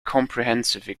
comprehensive